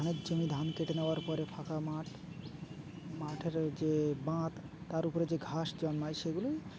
ধানের জমি ধান কেটে নেওয়ার পরে ফাঁকা মাঠ মাঠের যে বাঁধ তার উপরে যে ঘাস জন্মায় সেগুলিই